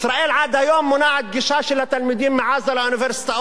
ישראל עד היום מונעת גישה של התלמידים מעזה לאוניברסיטאות